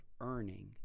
earning